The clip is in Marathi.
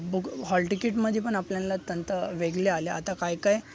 बुग हॉल तिकीटमधी पण आपल्याला तंत्र वेगळं आले आता काय काय